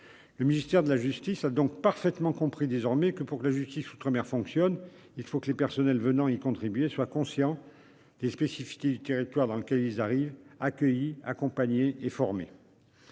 Le ministère de la justice a donc désormais parfaitement compris que, pour que la justice outre-mer fonctionne, il faut que les personnes venant y contribuer soient conscientes des spécificités du territoire dans lequel elles arrivent, et qu'elles soient accueillies, accompagnées et formées.